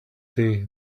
day